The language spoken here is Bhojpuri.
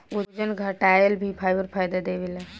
ओजन घटाएला भी फाइबर फायदा देवेला